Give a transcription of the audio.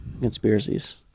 Conspiracies